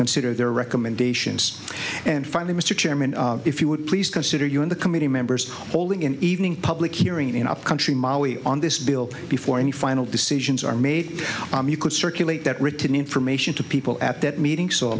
consider their recommendations and finally mr chairman if you would please consider you on the committee members holding an evening public hearing in our country molly on this bill before any final decisions are made you could circulate that written information to people at that meeting so a